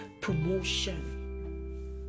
promotion